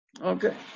Okay